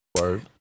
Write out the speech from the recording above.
Word